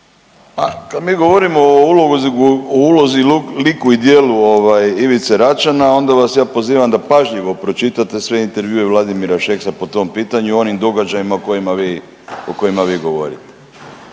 Kada mi govorimo o ulozi, liku i djelu Ivice Račana onda vas ja pozivam da pažljivo pročitate sve intervjue Vladimira Šeksa po tom pitanju o onim događajima o kojima vi govorite